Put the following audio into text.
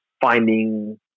finding